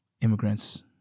immigrants